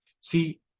See